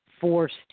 forced